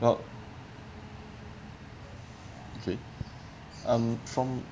well okay um from